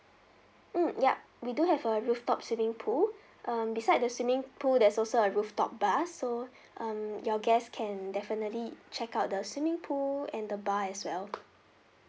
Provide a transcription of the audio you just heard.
mm yup we do have a rooftop swimming pool um beside the swimming pool there's also a rooftop bar so um your guest can definitely check out the swimming pool and the bar as well